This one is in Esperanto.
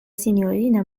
sinjorina